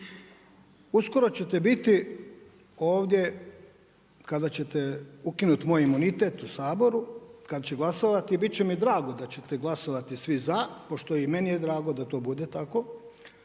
Uskoro ćete biti ovdje kada ćete ukinuti moj imunitet u Saboru, kada će glasovati i bit će mi drago da ćete svi glasovati za, pošto je i meni drago da to bude tako,